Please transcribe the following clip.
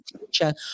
teacher